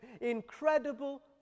incredible